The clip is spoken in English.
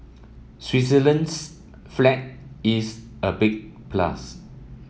Switzerland's flag is a big plus